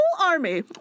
army